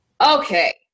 Okay